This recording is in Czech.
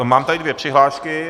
Mám tady dvě přihlášky.